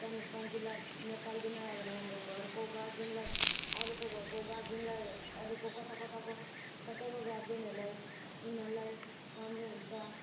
त्यहाँ form fill up नेपालीदेखि आयो भने हाम्रो घरको गार्जेनलाई अरूको घरको गार्जेनलाई अरूको कता कताको सबको गार्जेनहरूलाई उनीहरूलाई राम्रो हुन्छ